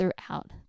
throughout